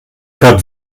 cap